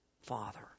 Father